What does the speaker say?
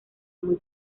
muy